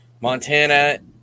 Montana